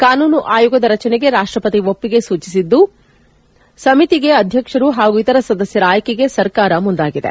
ಕಾನೂನು ಆಯೋಗದ ರಚನೆಗೆ ರಾಷ್ಷವತಿ ಒಪ್ಪಿಗೆ ಸೂಚಿಸಿದ್ದು ಸಮಿತಿಗೆ ಅಧ್ಯಕ್ಷರು ಹಾಗೂ ಇತರ ಸದಸ್ದರ ಆಯ್ಕೆಗೆ ಸರ್ಕಾರ ಮುಂದಾಗಿದೆ